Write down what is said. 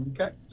Okay